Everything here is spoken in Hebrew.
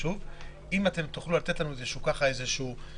אם יש מגבלה על כמות האנשים אז מה ההבדל